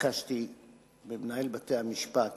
ביקשתי ממנהל בתי-המשפט